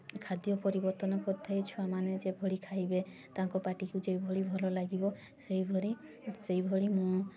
ଖାଦ୍ୟ ପରିବର୍ତ୍ତନ କରିଥାଏ ଛୁଆମାନେ ଯେଭଳି ଖାଇବେ ତାଙ୍କ ପାଟିକୁ ଯେଉଁଭଳି ଭଲ ଲାଗିବ ସେଇଭରି ସେଇଭଳି